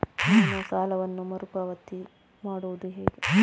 ನಾನು ಸಾಲವನ್ನು ಮರುಪಾವತಿ ಮಾಡುವುದು ಹೇಗೆ?